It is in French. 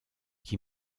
qui